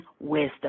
wisdom